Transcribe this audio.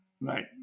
Right